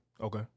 Okay